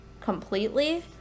completely